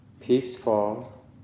peaceful